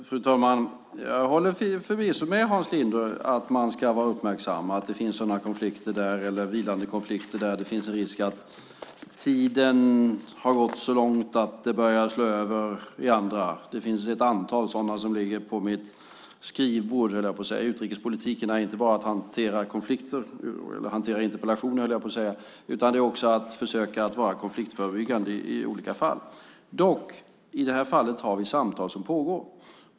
Fru talman! Jag håller förvisso med Hans Linde om att man ska vara uppmärksam på att det finns vilande konflikter där det finns en risk att det har gått så lång tid att det börjar slå över i annat. Det finns ett antal sådana som ligger på mitt skrivbord, så att säga. Utrikespolitik är inte bara att hantera konflikter och interpellationer utan också att vara konfliktförebyggande i olika fall. I detta fall har vi dock samtal som pågår.